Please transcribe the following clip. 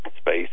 space